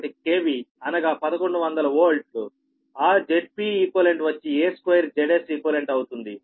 1 KV అనగా 1100Vఆ Zpeq వచ్చి a2 Zseq అవుతుంది